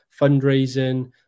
fundraising